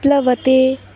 प्लवते